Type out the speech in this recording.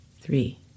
three